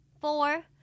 Four